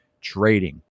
trading